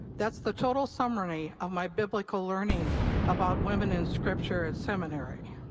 that's the total summary of my biblical learning about women in scripture at seminary.